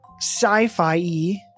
sci-fi